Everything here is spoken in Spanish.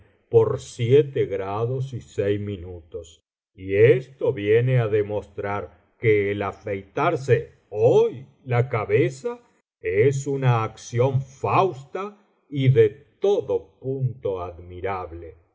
por siete grados y seis minutos y esto viene á demostrar que el afeitarse hoy la cabeza es una acción fausta y de todo punto admirable